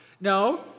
No